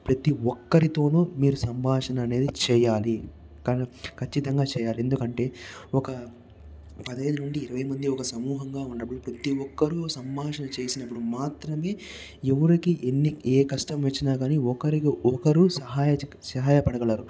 ప్రతి ఒక్కరితోనూ మీరు సంభాషణ అనేది చేయాలి కానీ కచ్చితంగా చేయాలి ఎందుకంటే ఒక పదహైదు నుండి ఇరవై మంది ఒక సమూహంగా ఉండడం ప్రతి ఒక్కరు సంభాషణ చేసినప్పుడు మాత్రమే ఎవరికి ఎన్ని ఏ కష్టం వచ్చినా గాని ఒకరికి ఒకరు సహాయ సహాయం పడగలరు